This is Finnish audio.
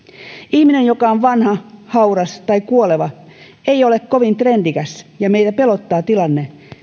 ihminen joka on vanha hauras tai kuoleva ei ole kovin trendikäs ja meitä pelottaa tilanne